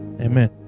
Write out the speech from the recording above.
Amen